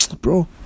bro